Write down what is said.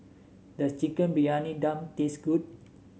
does Chicken Briyani Dum taste good